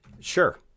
Sure